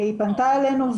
היא פנתה אלינו,